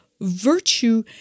virtue